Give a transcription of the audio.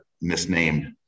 misnamed